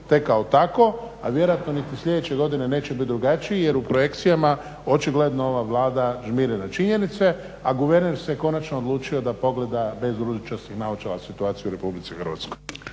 tekao tako, a vjerojatno niti sljedeće godine neće biti drugačiji jer u projekcijama očigledno ova Vlada žmiri na činjenice, a guverner se konačno odlučio da pogleda bez ružičastih naočala situaciju u RH.